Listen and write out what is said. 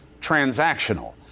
transactional